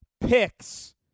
Picks